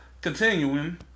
continuing